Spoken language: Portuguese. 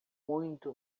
muito